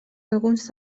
alguns